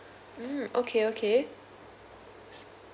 mm okay okay